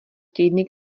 týdny